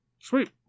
Sweet